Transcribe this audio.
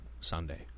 Sunday